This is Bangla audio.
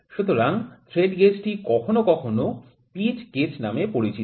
সুতরাং থ্রেড গেজটি কখনো কখনো পিচ গেজ নামে পরিচিত